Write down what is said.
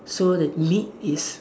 so the meat is